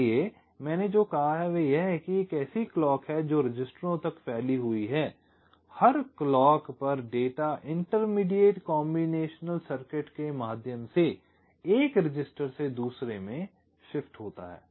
इसलिए मैंने जो कहा वह यह है कि एक ऐसी क्लॉक है जो रजिस्टरों तक फैली हुई है और हर क्लॉक पर डेटा इंटरमीडिएट कॉम्बिनेशन सर्किट के माध्यम से एक रजिस्टर से दूसरे में शिफ्ट होता है